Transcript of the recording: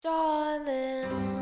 Darling